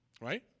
Right